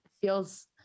feels